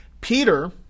Peter